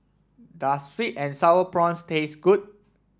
does sweet and sour prawns taste good